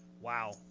wow